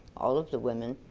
all of the women,